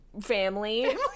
family